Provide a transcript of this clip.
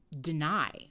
deny